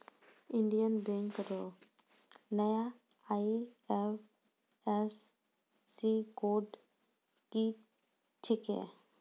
Indian bank रो नया IFSC code की छिकै